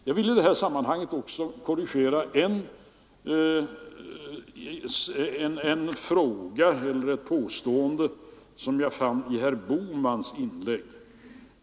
Jag vill i detta sammanhang också korrigera ett påstående som jag fann i herr Bohmans inlägg.